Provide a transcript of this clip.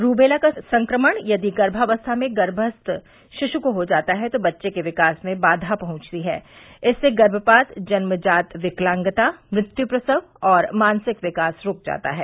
rubella का संक्रमण यदि गर्मावस्था में गर्मस्थ शिशु को हो जाता है तो बच्चे के विकास में बाघा पहंवती है इससे गर्मपात जन्मजात विकलांगता मृत्यू प्रसव और मानसिक विकास रूक जाता है